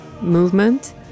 movement